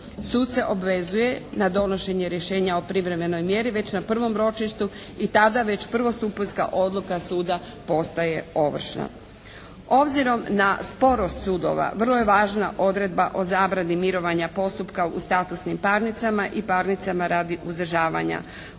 Sud se obvezuje na donošenja rješenja o privremenoj mjeri već na prvom ročištu i tada već prvostupanjska odluka suda postaje ovršna. Obzirom na sporost sudova vrlo je važna odredba o zabrani mirovanja postupka u statusnim parnicama i parnicama radi uzdržavanja.